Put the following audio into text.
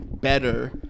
better